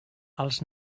els